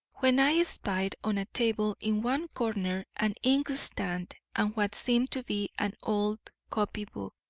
when i espied on a table in one corner an inkstand and what seemed to be an old copy-book.